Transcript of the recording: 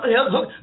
look